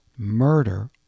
murder